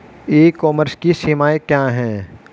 ई commerce की सीमाएं क्या हैं?